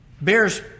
bears